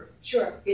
Sure